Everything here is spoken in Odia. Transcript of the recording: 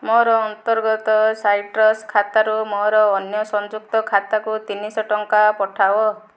ମୋର ଅନ୍ତର୍ଗତ ସାଇଟ୍ରସ୍ ଖାତାରୁ ମୋର ଅନ୍ୟ ସଂଯୁକ୍ତ ଖାତାକୁ ତିନିଶହ ଟଙ୍କା ପଠାଅ